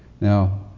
Now